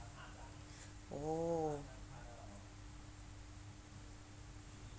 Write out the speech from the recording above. oh